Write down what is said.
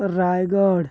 Rayagada